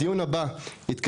הדיון הבא יתקיים